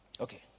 Okay